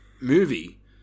movie